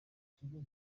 kigo